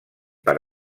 per